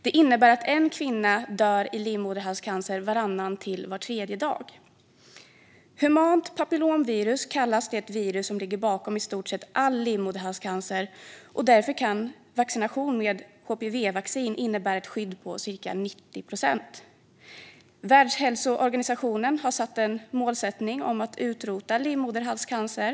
Det innebär att en kvinna dör i livmoderhalscancer varannan till var tredje dag. Humant papillomvirus kallas det virus som ligger bakom i stort sett all livmoderhalscancer, och därför kan vaccination med HPV-vaccin innebära ett skydd på cirka 90 procent. Världshälsoorganisationen har som målsättning att utrota livmoderhalscancer.